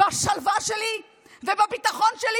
בשלווה שלי ובביטחון שלי.